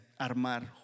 armar